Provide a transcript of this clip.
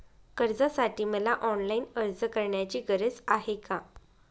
कर्जासाठी मला ऑनलाईन अर्ज करण्याची गरज आहे का?